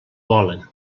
volen